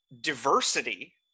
diversity